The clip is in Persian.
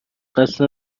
قصد